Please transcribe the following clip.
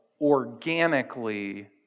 organically